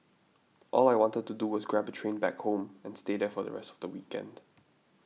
all I wanted to do was grab a train back home and stay there for the rest of the weekend